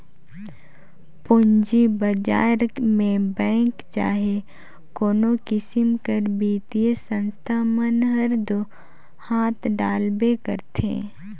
पूंजी बजार में बेंक चहे कोनो किसिम कर बित्तीय संस्था मन हर दो हांथ डालबे करथे